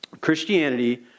Christianity